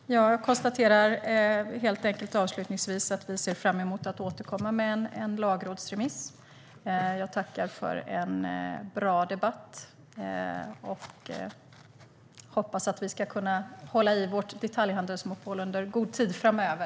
Herr talman! Jag konstaterar avslutningsvis att vi ser fram emot att återkomma med en lagrådsremiss. Jag tackar för en bra debatt och hoppas att vi ska kunna hålla i vårt detaljhandelsmonopol under en god tid framöver.